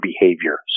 behavior